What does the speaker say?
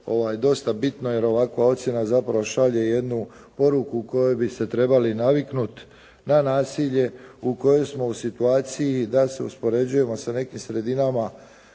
dosta bitno, jer ovakva ocjena zapravo šalje jednu poruku u kojoj bi se trebali naviknut na nasilje u kojem smo u situaciji da se uspoređujemo sa nekim sredinama